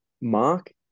Mark